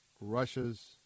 Russia's